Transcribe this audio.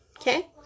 Okay